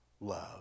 love